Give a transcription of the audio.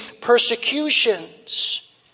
persecutions